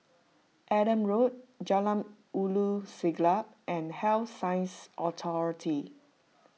Adam Road Jalan Ulu Siglap and Health Sciences Authority